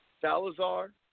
Salazar